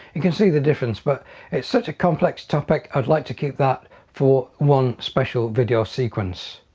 you can see the difference but it's such a complex topic i'd like to keep that for one special video sequence.